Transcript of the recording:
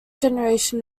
generation